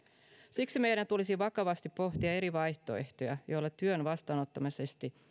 siksi meidän tulisi vakavasti pohtia eri vaihtoehtoja joilla työn vastaanottamisesta